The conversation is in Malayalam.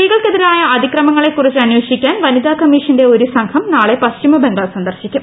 സ്ത്രീകൾക്കെതിരായ അതിക്രമങ്ങളെക്കുറിച്ച് അന്വേഷിക്കാൻ വനിതാ കമ്മീഷന്റെ ഒരും സംഘം നാളെ പശ്ചിമ ബംഗാൾ സന്ദർശിക്കും